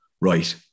right